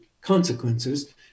consequences